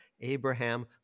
Abraham